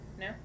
No